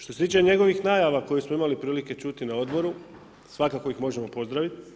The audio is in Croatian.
Što se tiče njegovih najava koje smo imali prilike čuti na odboru, svakako ih možemo pozdraviti.